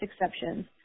exceptions